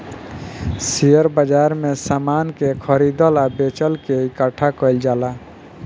share बाजार में समान के खरीदल आ बेचल के इकठ्ठा कईल जाला